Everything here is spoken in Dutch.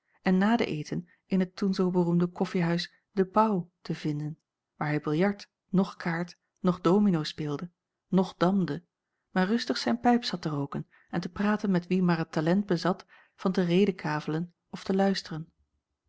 en na den eten in het toen zoo beroemde koffiehuis de paauw te vinden waar hij biljart noch kaart noch domino speelde noch damde maar rustig zijn pijp zat te rooken en te praten met wie maar het talent bezat van te redekavelen of te luisteren